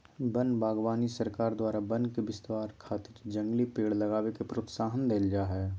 वन बागवानी सरकार द्वारा वन के विस्तार खातिर जंगली पेड़ लगावे के प्रोत्साहन देल जा हई